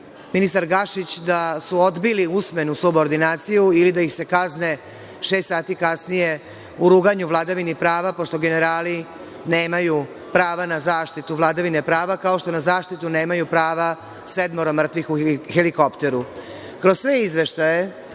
ministar Gašić da su odbili usmenu subordinaciju ili da se kazne šest sati kasnije u ruganju vladavine prava, pošto generali nemaju prava na zaštitu vladavine prava, kao što na zaštitu nemaju prava sedmoro mrtvih u helikopteru. Kroz